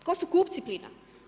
Tko su kupci plina?